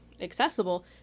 accessible